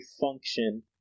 function